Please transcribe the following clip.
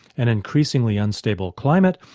an increasingly unstable climate,